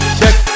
check